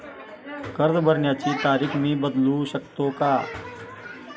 कर्ज भरण्याची तारीख मी बदलू शकतो का?